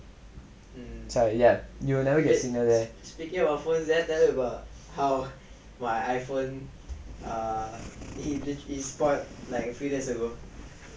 so ya you will never get signal there